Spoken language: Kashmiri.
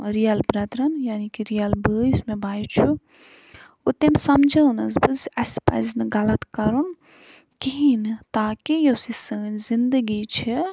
رِیَل برٛٮ۪درَن یعنی کہِ رِیَل بٲے یُس مےٚ بَیہِ چھُ گوٚو تٔمۍ سَمجٲونَس بہٕ زِ اَسہِ پَزِ نہٕ غلط کَرُن کِہیٖنۍ نہٕ تاکہِ یۄس یہِ سٲنۍ زندگی چھےٚ